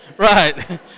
Right